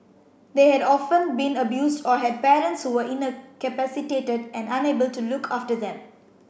they had often been abused or had parents who were incapacitated and unable to look after them